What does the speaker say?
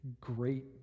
great